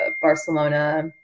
Barcelona